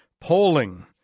Polling